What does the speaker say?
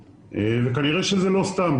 כנראה שזה לא סתם.